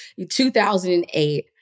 2008